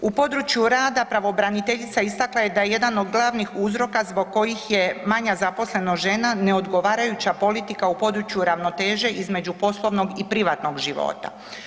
U području rada pravobraniteljica istakla je da jedan od glavnih uzroka zbog kojih je manja zaposlenost žena ne odgovarajuća politika u području ravnoteže između poslovnog i privatnog života.